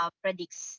predicts